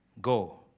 Go